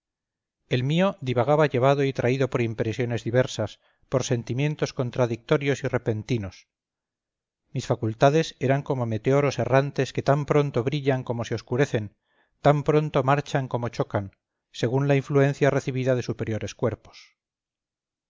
el mío divagaba llevado y traído por impresiones diversas por sentimientos contradictorios y repentinos mis facultades eran como meteoros errantes que tan pronto brillan como se oscurecen tan pronto marchan como chocan según la influencia recibida de superiores cuerpos